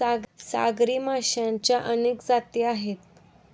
सागरी माशांच्या अनेक जाती आहेत